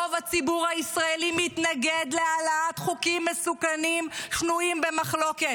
רוב הציבור הישראלי מתנגד להעלאת חוקים מסוכנים שנויים במחלוקת.